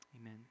amen